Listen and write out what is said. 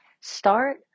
start